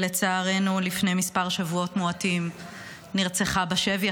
שלצערנו לפני שבועות מועטים נרצחה בשבי,